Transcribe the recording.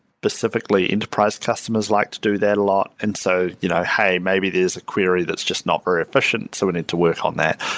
like enterprise customers like to do that a lot. and so you know hey, maybe there's a query that's just not very efficient, so we need to work on that.